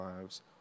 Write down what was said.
lives